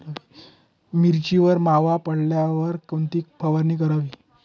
मिरचीवर मावा पडल्यावर कोणती फवारणी करावी?